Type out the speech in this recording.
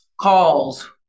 calls